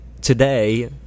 today